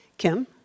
Kim